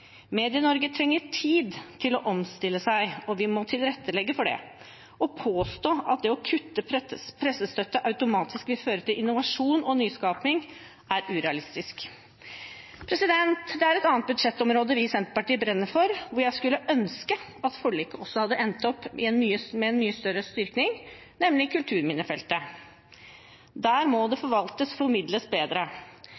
Medie-Norge trenger tid til å omstille seg, og vi må tilrettelegge for det. Å påstå at det å kutte pressestøtte automatisk vil føre til innovasjon og nyskaping, er urealistisk. Det er et annet budsjettområde vi i Senterpartiet brenner for, hvor jeg skulle ønske at forliket også hadde endt opp med en mye større styrking, nemlig kulturminnefeltet. Der må det